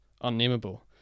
unnameable